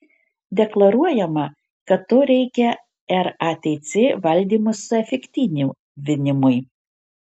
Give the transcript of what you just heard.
deklaruojama kad to reikia ratc valdymo suefektyvinimui